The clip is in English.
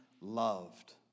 loved